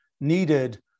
needed